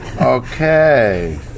Okay